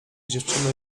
dziewczyną